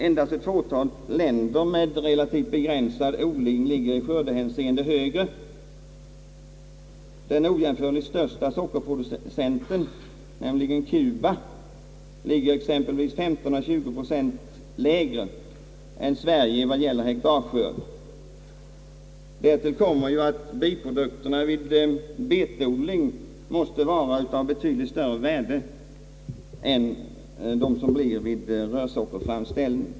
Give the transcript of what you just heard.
Endast ett fåtal länder med relativt begränsad odling ligger i skördehänseende högre. Det land som har den ojämförligt största sockerproduktionen, Kuba, ligger exempelvis 15—20 procent lägre än Sverige vad gäller skörd per hektar. Därtill kommer att biprodukterna vid betodling har ett betydligt större värde än vid rörsockerodling.